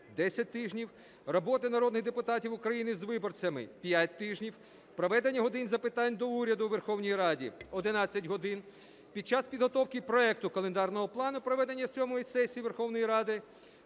10 тижнів; роботи народних депутатів України з виборцями – 5 тижнів; проведення "годин запитань до Уряду" у Верховній Раді – 11 годин. Під час підготовки проекту календарного плану проведення сьомої сесії Верховної Ради